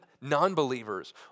non-believers